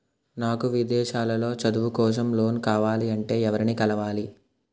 నాకు విదేశాలలో చదువు కోసం లోన్ కావాలంటే ఎవరిని కలవాలి?